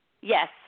Yes